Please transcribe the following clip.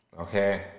Okay